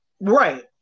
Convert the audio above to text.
Right